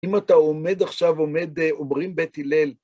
אם אתה עומד עכשיו, עומד אומרים בית הלל,